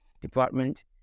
department